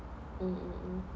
mm mm mm